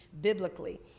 biblically